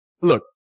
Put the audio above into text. look